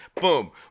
boom